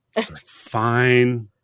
Fine